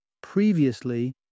Previously